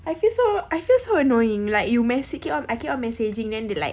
I feel so I feel so annoying like you mes~ I keep on I keep on messaging then they like